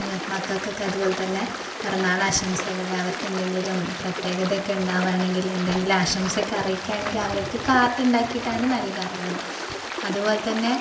മക്കൾക്ക് ഒക്കെ അതുപോലെ തന്നെ പിറന്നാളാശംസകൾ അവർക്ക് എന്തെങ്കിലും പ്രത്യേകത ഒക്കെ ഉണ്ടാവുക ആണെങ്കിൽ എന്തെങ്കിലും ആശംസ ഒക്കെ അറിയിക്കുക ആണെങ്കിൽ അവർക്കു കാർഡ് ഉണ്ടാക്കിയിട്ടാണ് നൽകാറുള്ളത് അതുപോലെ തന്നെ